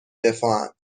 دفاعن